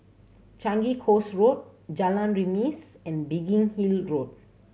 Changi Coast Road Jalan Remis and Biggin Hill Road